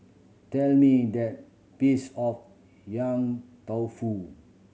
tell me the piece of Yong Tau Foo